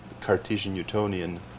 Cartesian-Newtonian